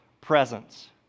presence